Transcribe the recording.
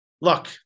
Look